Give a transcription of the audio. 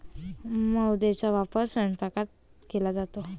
मैद्याचा वापर स्वयंपाकात केला जातो